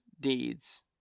deeds